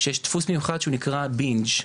שיש דפוס מיוחד שנקרא בינג'.